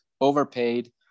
overpaid